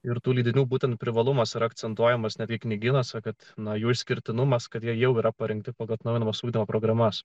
ir tų leidinių būtent privalumas akcentuojamas ne tik knygynuose kad nuo jų išskirtinumas kad jie jau yra parengti pagal atnaujinamas ugdymo programas